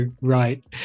right